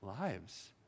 lives